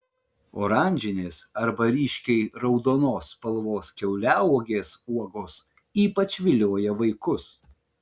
oranžinės arba ryškiai raudonos spalvos kiauliauogės uogos ypač vilioja vaikus